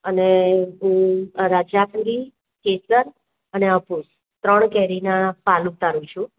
અને હું રાજાપુરી કેસર અને હાફુસ ત્રણ કેરીના પાક ઉતારું છું